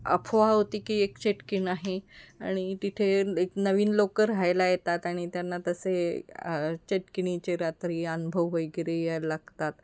अफवा होती की एक चेटकीण आहे आणि तिथे एक नवीन लोक राहायला येतात आणि त्यांना तसे चेटकिणीचे रात्री अनुभव वगैरे यायला लागतात